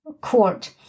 court